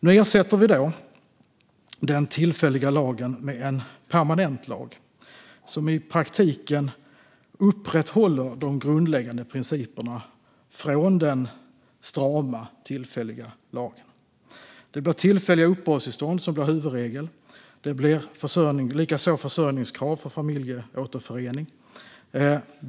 Nu ersätter vi den tillfälliga lagen med en permanent lag, som i praktiken upprätthåller de grundläggande principerna från den strama tillfälliga lagen. Tillfälliga uppehållstillstånd blir huvudregeln, försörjningskrav för familjeåterförening likaså.